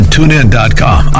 TuneIn.com